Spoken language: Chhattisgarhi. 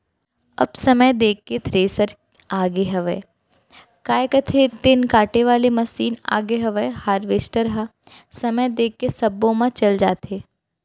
अब समय देख के थेरेसर आगे हयय, काय कथें तेन काटे वाले मसीन आगे हवय हारवेस्टर ह समय देख के सब्बो म चल जाथे